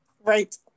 Right